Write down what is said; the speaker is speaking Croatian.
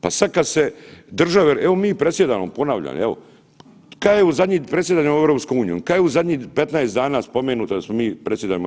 Pa sad kad se države, evo mi predsjedamo, ponavljam evo, kad je u zadnji, predsjedamo EU, kad je u zadnjih 15 dana spomenuto da smo mi, predsjedamo EU?